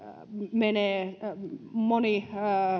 menee moni